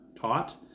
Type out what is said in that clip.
taught